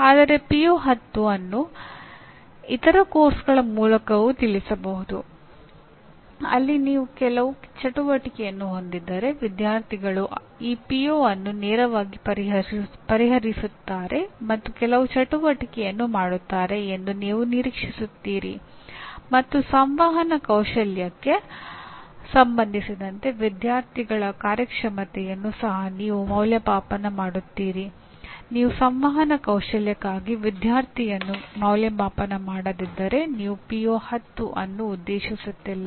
ಆದರೆ ಪಿಒ 10 ನೈತಿಕತೆಗೆ ಸಂಬಂಧಿಸಿದೆ